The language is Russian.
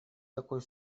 такой